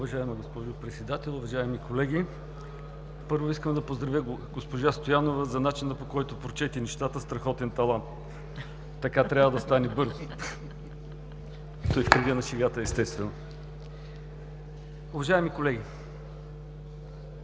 Уважаема госпожо Председател, уважаеми колеги! Първо, искам да поздравя госпожа Стоянова за начина, по който прочете нещата – страхотен талант. Така трябва да стане – бързо, в кръга на шегата, естествено. Уважаеми колеги,